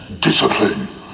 discipline